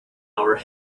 our